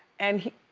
and he.